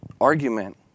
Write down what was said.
argument